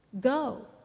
Go